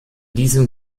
diesem